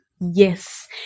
yes